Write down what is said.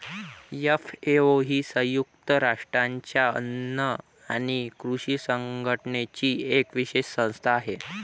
FAO ही संयुक्त राष्ट्रांच्या अन्न आणि कृषी संघटनेची एक विशेष संस्था आहे